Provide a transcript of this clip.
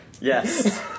Yes